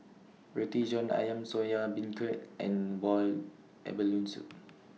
Roti John Ayam Soya Beancurd and boiled abalone Soup